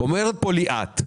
אומרת פה לי-את,